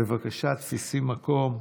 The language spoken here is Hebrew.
בבקשה תפסי מקום.